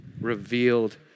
revealed